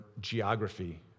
geography